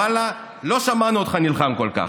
ואללה, לא שמענו אותך נלחם כל כך.